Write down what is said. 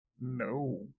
No